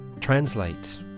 translate